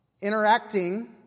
interacting